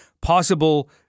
possible